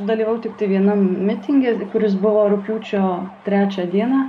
dalyvau tiktai vienam mitinge kuris buvo rugpjūčio trečią dieną